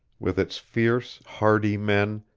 with its fierce, hardy men,